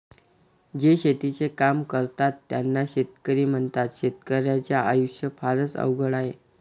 जे शेतीचे काम करतात त्यांना शेतकरी म्हणतात, शेतकर्याच्या आयुष्य फारच अवघड आहे